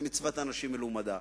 זה מצוות אנשים מלומדה,